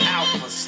Alpha